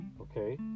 Okay